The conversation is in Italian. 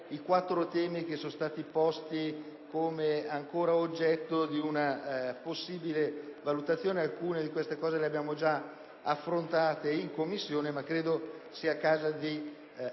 i quattro temi che sono stati posti e che sono ancora oggetto di una possibile valutazione. Alcuni di questi li abbiamo già affrontati in Commissione, ma credo sia il caso di